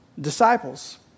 disciples